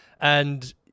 And-